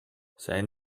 seien